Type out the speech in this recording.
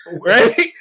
right